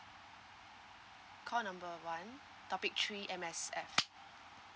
call number one topic three M_S_F